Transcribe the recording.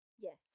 Yes